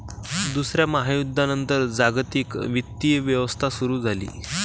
दुसऱ्या महायुद्धानंतर जागतिक वित्तीय व्यवस्था सुरू झाली